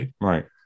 Right